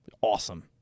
Awesome